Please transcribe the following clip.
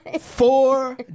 Four